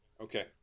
Okay